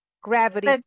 gravity